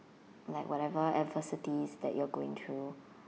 like whatever adversities that you are going through